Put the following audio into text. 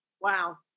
Wow